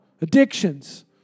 addictions